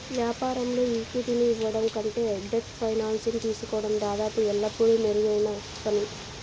వ్యాపారంలో ఈక్విటీని ఇవ్వడం కంటే డెట్ ఫైనాన్సింగ్ తీసుకోవడం దాదాపు ఎల్లప్పుడూ మెరుగైన పని